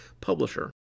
publisher